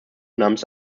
namens